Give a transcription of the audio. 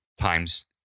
times